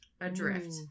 adrift